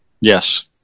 Yes